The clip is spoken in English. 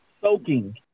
Soaking